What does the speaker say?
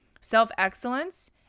self-excellence